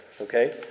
okay